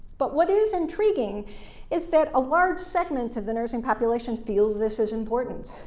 but what is intriguing is that a large segment of the nursing population feels this is important,